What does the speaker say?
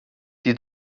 die